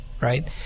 right